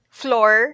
floor